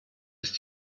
ist